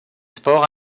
sports